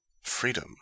freedom